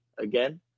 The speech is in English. again